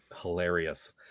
hilarious